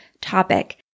topic